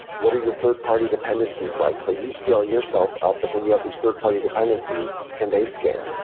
what are your third-party dependencies like? so you scale yourself up, but then you have these third-party dependencies, can they scale?